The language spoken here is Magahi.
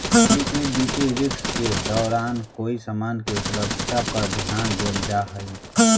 लिक्विडिटी रिस्क के दौरान कोई समान के उपलब्धता पर ध्यान देल जा हई